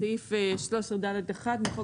במיתקן הגז ואת שעת ביצועה 7 עד 14 ימים קודם למועד